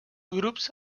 grups